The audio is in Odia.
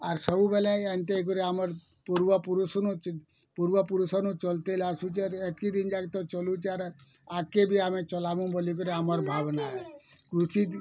ଆର୍ ସବୁବେଲେ ଏନ୍ତା କରି ଆମର୍ ପୂର୍ବ ପୁରୁଷୁନୁ ପୂର୍ବ ପୁରୁଷୁନୁ ଚଲ୍ତେ ଆସୁଛେଁ ଆର୍ ଏତ୍କି ଦିନ୍ ଯାଏଁ ତ ଚଲୁଆରା ଆଗ୍କେ ବି ଆମେ ଚଲାବୁଁ ବୋଲି କିରି ଆମର୍ ଭାବନା ହେ କୃଷି